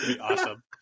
Awesome